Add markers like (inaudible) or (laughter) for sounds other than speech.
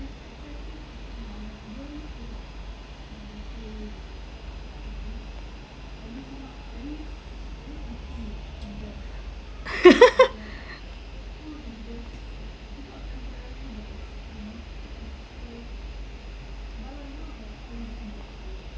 (laughs)